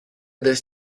this